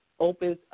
opens